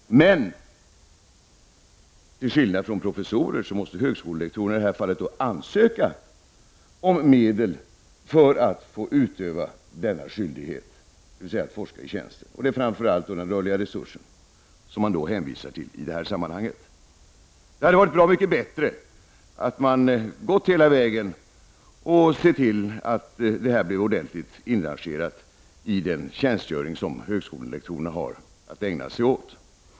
Men till skillnad från professorerna måste högskolelektorerna i det här fallet ansöka om medel för att få utöva denna skyldighet, dvs. att forska i tjänsten. Det är framför allt de rörliga resurserna som man hänvisar till i det här sammanhanget. Det hade varit bra mycket bättre om man hade gått hela vägen och sett till att forskningen hade blivit ordentligt inrangerad i den tjänstgöring som högskolelektorerna har att ägna sig åt.